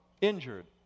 injured